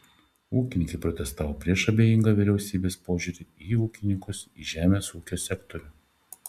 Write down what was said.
ūkininkai protestavo prieš abejingą vyriausybės požiūrį į ūkininkus į žemės ūkio sektorių